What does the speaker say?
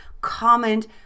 comment